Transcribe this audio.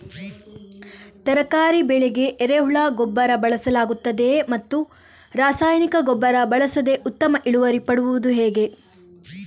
ತರಕಾರಿ ಬೆಳೆಗೆ ಎರೆಹುಳ ಗೊಬ್ಬರ ಬಳಸಲಾಗುತ್ತದೆಯೇ ಮತ್ತು ರಾಸಾಯನಿಕ ಗೊಬ್ಬರ ಬಳಸದೆ ಉತ್ತಮ ಇಳುವರಿ ಪಡೆಯುವುದು ಹೇಗೆ?